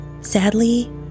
Sadly